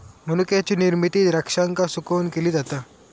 मनुक्याची निर्मिती द्राक्षांका सुकवून केली जाता